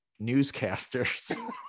newscasters